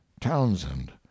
townsend